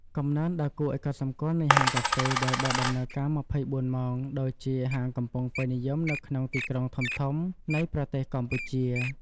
កំណើនដ៏គួរឲ្យកត់សម្គាល់នៃហាងកាហ្វេដែលបើកដំណើរការ ២៤ ម៉ោង ដូចជាហាង កំពុងពេញនិយមនៅក្នុងទីក្រុងធំៗនៃប្រទេសកម្ពុជា។